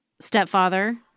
stepfather